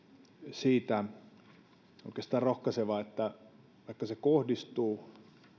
siitä oikeastaan rohkaiseva että vaikka se kohdistuu